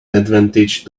advantage